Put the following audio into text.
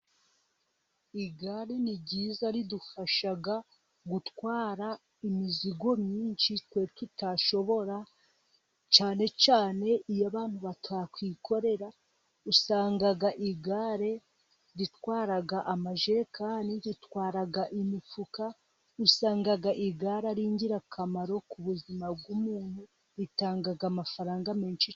Igare ni ryiza ridufasha gutwara imizigo myinshi, twe tutashobora, cyane cyane iyo abantu batakwikorera, usanga igare ritwara amajekan, ritwara imifuka, usanga igare ari ingirakamaro ku buzima bw'umuntu, bitanga amafaranga menshi.